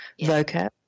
vocab